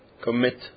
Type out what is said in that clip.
commit